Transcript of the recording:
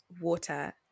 water